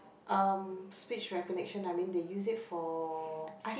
mm speech recognition I mean they use it for I